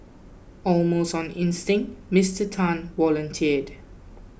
almost on instinct Mister Tan volunteered